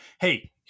Hey